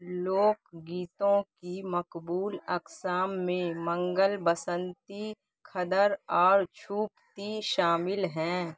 لوک گیتوں کی مقبول اقسام میں منگل بسنتی قادر آر چھوپتی شامل ہیں